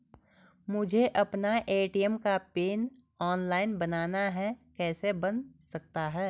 मुझे अपना ए.टी.एम का पिन ऑनलाइन बनाना है कैसे बन सकता है?